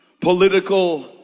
political